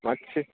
मातशें